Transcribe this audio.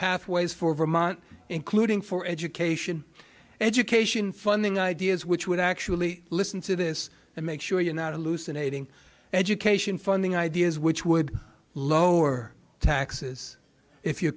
pathways for vermont including for education education funding ideas which would actually listen to this and make sure you're not a loose and hating education funding ideas which would lower taxes if you're